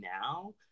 now